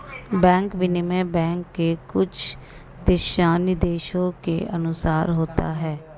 bank विनिमय bank के कुछ दिशानिर्देशों के अनुसार होता है